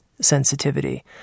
sensitivity